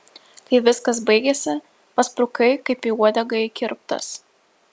kai viskas baigėsi pasprukai kaip į uodegą įkirptas